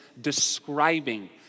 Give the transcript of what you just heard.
describing